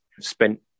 spent